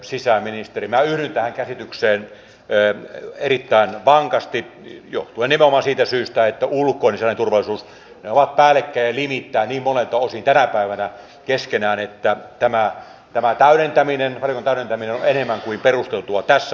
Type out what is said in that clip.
minä yhdyn tähän käsitykseen erittäin vankasti johtuen nimenomaan siitä syystä että ulkoinen ja sisäinen turvallisuus ovat päällekkäin ja limittäin niin monelta osin tänä päivänä keskenään että tämä valiokunnan täydentäminen on enemmän kuin perusteltua tässä ajassa